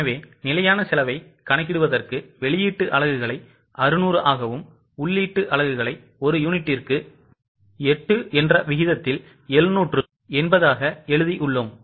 எனவே நிலையான செலவைக் கணக்கிடுவதற்கு வெளியீட்டு அலகுகளை 600 ஆகவும் உள்ளீட்டு அலகுகளை ஒரு யூனிட்டுக்கு 8 என்ற விகிதத்தில் 780 ஆக எழுதியுள்ளோம்